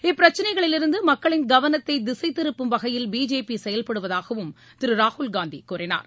இப்பிரச்னைகளிலிருந்து மக்களின் கவனத்தை திசை திருப்பும் வகையில் பிஜேபியும் மத்திய அரசும் செயல்படுவதாகவும் திரு ராகுல்காந்தி கூறினார்